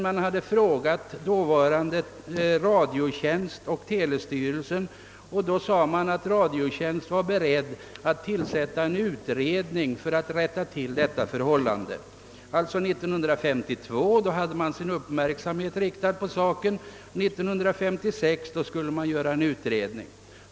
Man hade av dåvarande Radiotjänst och telestyrelsen fått beskedet, att man var beredd att tillsätta en utredning för att rätta till missförhållandet. år 1952 hade man alltså sin uppmärksamhet riktad på saken och 1956 skulle man göra en utredning.